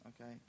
okay